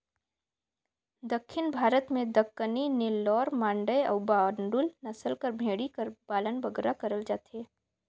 दक्खिन भारत में दक्कनी, नेल्लौर, मांडय अउ बांडुल नसल कर भेंड़ी कर पालन बगरा करल जाथे